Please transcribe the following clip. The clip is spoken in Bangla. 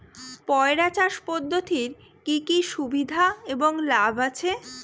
পয়রা চাষ পদ্ধতির কি কি সুবিধা এবং লাভ আছে?